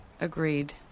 Agreed